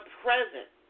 present